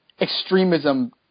extremism